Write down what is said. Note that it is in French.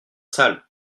sales